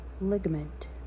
Ligament